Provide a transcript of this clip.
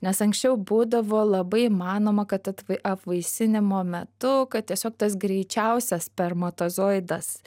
nes anksčiau būdavo labai manoma kad atvai apvaisinimo metu kad tiesiog tas greičiausias spermatozoidas